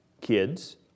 kids